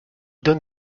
donne